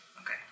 Okay